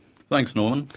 thanks norman.